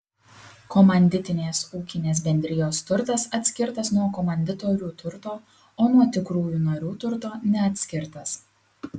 komanditinės ūkinės bendrijos turtas atskirtas nuo komanditorių turto o nuo tikrųjų narių turto neatskirtas